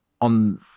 on